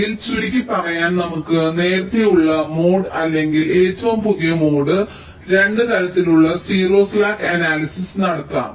അതിനാൽ ചുരുക്കിപ്പറയാൻ നമുക്ക് നേരത്തെയുള്ള മോഡ് അല്ലെങ്കിൽ ഏറ്റവും പുതിയ മോഡ് രണ്ട് തരത്തിലുള്ള 0 സ്ലാക്ക് അനാലിസിസ് നടത്താം